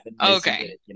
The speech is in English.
Okay